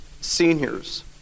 seniors